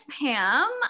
Pam